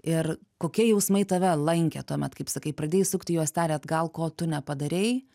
ir kokie jausmai tave lankė tuomet kaip sakai pradėjai sukti juostelę atgal ko tu nepadarei